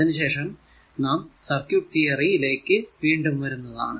അതിനു ശേഷം നാം സർക്യൂട് തിയറി യിലേക്ക് വീണ്ടും വരുന്നതാണ്